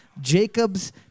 Jacob's